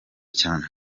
cyane